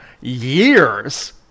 years